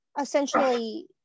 essentially